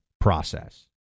process